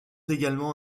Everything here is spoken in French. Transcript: également